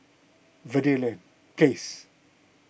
Verde Place